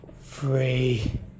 free